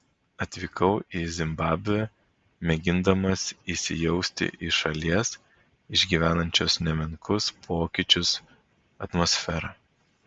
atvykau į zimbabvę mėgindamas įsijausti į šalies išgyvenančios nemenkus pokyčius atmosferą